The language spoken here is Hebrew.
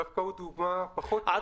דווקא --- 300 ק"מ.